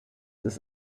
ist